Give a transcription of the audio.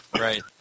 Right